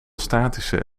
statische